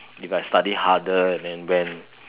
if I studied harder and then went